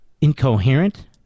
incoherent